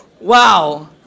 wow